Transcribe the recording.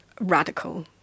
radical